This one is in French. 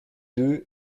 deux